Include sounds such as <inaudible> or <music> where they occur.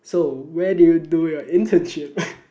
so where did you do your internship <laughs>